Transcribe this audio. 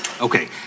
Okay